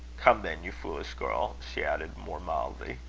come then, you foolish girl, she added, more mildly.